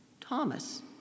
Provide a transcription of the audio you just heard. Thomas